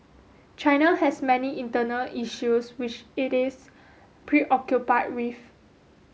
China has many internal issues which it is preoccupied with